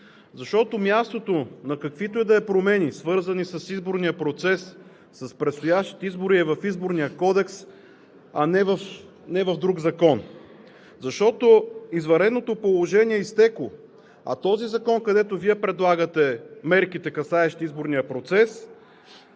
защото мястото на каквито и да е промени, свързани с изборния процес, с предстоящите избори е в Изборния кодекс, а не в друг закон. Защото извънредното положение е изтекло, а този закон, където Вие предлагате мерките, касаещи изборния процес,